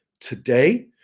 today